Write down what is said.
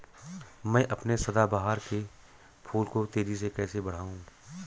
मैं अपने सदाबहार के फूल को तेजी से कैसे बढाऊं?